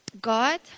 God